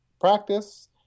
practice